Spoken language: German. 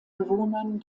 bewohnern